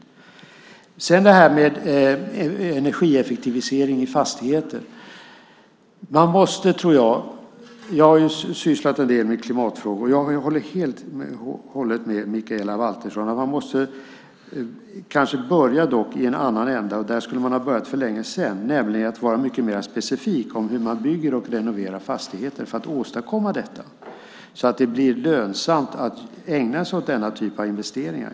Sedan gäller det detta med energieffektivisering i fastigheter. Jag har sysslat en del med klimatfrågor. Jag håller helt och hållet med Mikaela Valtersson, men man måste kanske börja en annan ända, och där skulle man ha börjat för länge sedan. Det gäller att vara mycket mer specifik när det gäller hur man bygger och renoverar fastigheter för att åstadkomma detta så att det blir lönsamt att ägna sig åt denna typ av investeringar.